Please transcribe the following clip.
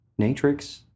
Natrix